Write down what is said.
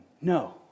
No